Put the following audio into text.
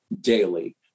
daily